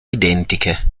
identiche